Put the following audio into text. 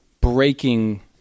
breaking